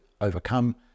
overcome